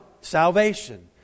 Salvation